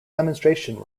demonstration